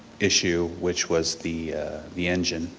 issue which was the the engine,